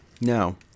No